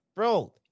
Bro